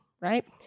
right